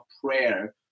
prayer